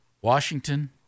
Washington